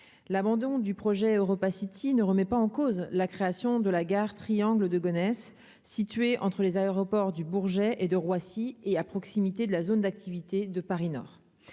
l'abandon du projet EuropaCity ne remet pas en cause la création de la gare triangle de Gonesse situés entre les aéroports du Bourget et de Roissy et à proximité de la zone d'activité de Paris-Nord,